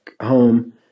home